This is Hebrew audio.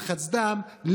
לחץ דם,